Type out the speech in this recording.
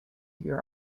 your